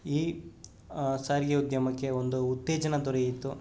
ಈ ಸಾರಿಗೆ ಉದ್ಯಮಕ್ಕೆ ಒಂದು ಉತ್ತೇಜನ ದೊರೆಯಿತು